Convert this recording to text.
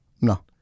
No